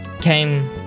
came